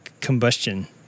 combustion